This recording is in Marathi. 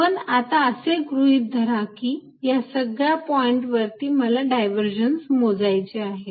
पण आता असे गृहित धरा की या सगळ्या पॉईंट वरती मला डायव्हर्जन्स मोजायचे आहे